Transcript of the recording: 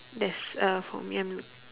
there's a for me I'm